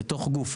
בתור גוף,